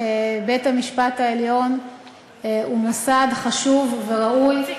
בית-המשפט העליון הוא מוסד חשוב וראוי.